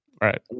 Right